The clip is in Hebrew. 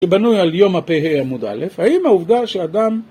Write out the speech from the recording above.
‫שבנוי על יומא פה עמוד א, ‫האם העובדה שאדם...